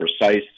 precise